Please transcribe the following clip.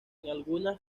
algunas